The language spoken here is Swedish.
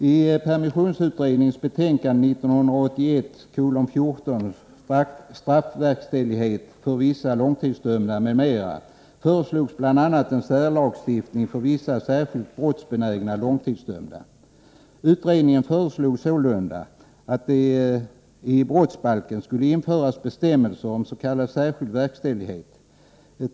I permissionsutredningens betänkande 1981:14, Straffverkställighet för vissa långtidsdömda m.m., föreslogs bl.a. en särlagstiftning för vissa särskilt brottsbenägna långtidsdömda. Utredningen föreslog sålunda att det i brottsbalken skulle införas bestämmelser om s.k. särskild verkställighet.